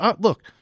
look